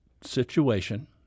situation